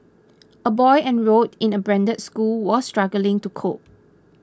a boy enrolled in a branded school was struggling to cope